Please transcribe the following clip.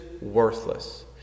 worthless